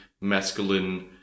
masculine